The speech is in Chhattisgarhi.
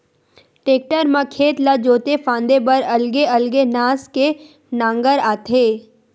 टेक्टर म खेत ला जोते फांदे बर अलगे अलगे नास के नांगर आथे